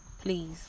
please